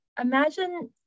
imagine